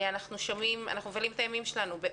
אנחנו מבלים את הימים שלנו בדיונים על